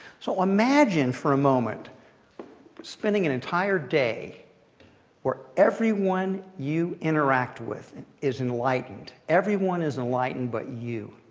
so imagine for a moment spending an entire day where everyone you interact with is enlightened. everyone is enlightened but you.